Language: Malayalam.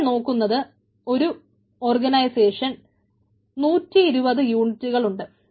ഇവിടെ നോക്കുന്നത് ഒരു ഓർഗനൈസേഷന് 120 യൂണിറ്റുകളുണ്ട്